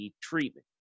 treatment